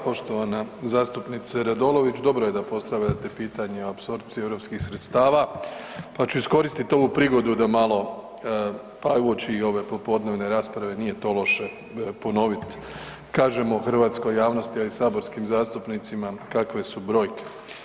Poštovana zastupnice Radolović, dobro je da postavljate pitanje apsorpcije europskih sredstava, pa ću iskoristit ovu prigodu da malo, pa uoči i ove popodnevne rasprave nije to loše ponovit, kažemo hrvatskoj javnosti, a i saborskim zastupnicima kakve su brojke.